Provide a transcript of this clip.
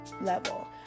level